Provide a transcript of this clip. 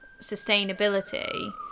sustainability